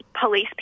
police